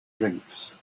drinks